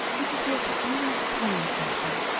mrs. walker, i want to tell you something.